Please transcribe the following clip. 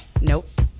Nope